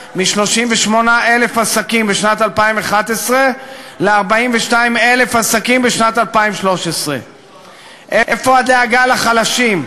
מ-38,000 עסקים בשנת 2011 ל-42,000 עסקים בשנת 2013. איפה הדאגה לחלשים?